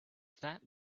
that